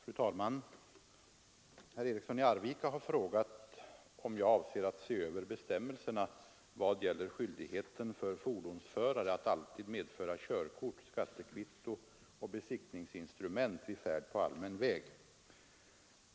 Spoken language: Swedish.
Fru talman! Herr Eriksson i Arvika har frågat om jag avser att se över bestämmelserna i vad gäller skyldigheten för fordonsförare att alltid medföra körkort, skattekvitto och besiktningsinstrument vid färd på allmän väg.